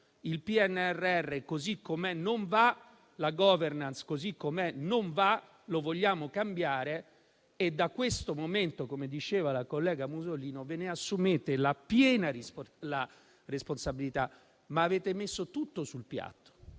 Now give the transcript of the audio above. il PNRR così com'è non va e che la *governance* così com'è non va, pertanto vuole cambiarli: da questo momento, come diceva la collega Musolino, ve ne assumete la piena responsabilità, ma avete messo tutto sul piatto;